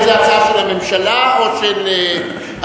האם זו הצעה של הממשלה או של אדוני,